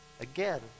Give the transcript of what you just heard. again